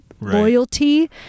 loyalty